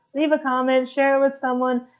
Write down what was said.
leave a comment, share with someone,